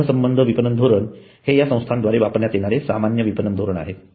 सहसंबध विपणन धोरण हे या संस्थांद्वारे वापरण्यात येणारे सामान्य विपणन धोरण आहे